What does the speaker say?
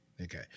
Okay